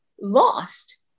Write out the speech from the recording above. lost